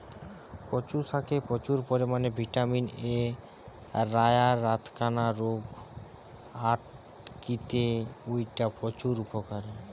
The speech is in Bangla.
কচু শাকে প্রচুর পরিমাণে ভিটামিন এ রয়ায় রাতকানা রোগ আটকিতে অউটা প্রচুর উপকারী